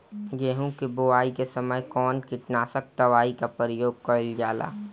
गेहूं के बोआई के समय कवन किटनाशक दवाई का प्रयोग कइल जा ला?